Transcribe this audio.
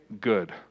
good